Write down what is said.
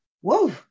Whoa